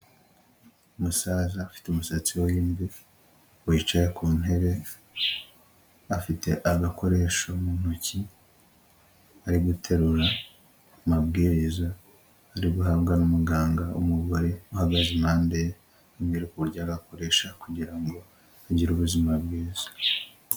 Umusaza afite umusatsi w'imvi wicaye ku ntebe, afite agakoresho mu ntoki, ari guterura amabwiriza ari guhabwa n'umuganga w'umugore, uhagaze impande ye, amubwira uburyo aragakoresha kugira ngo agire ubuzima bwiza.